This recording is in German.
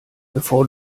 bevor